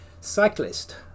cyclist